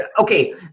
Okay